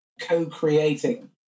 co-creating